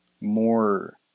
more